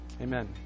Amen